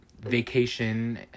vacation